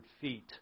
feet